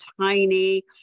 tiny